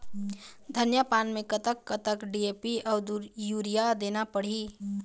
धनिया पान मे कतक कतक डी.ए.पी अऊ यूरिया देना पड़ही?